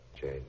Jane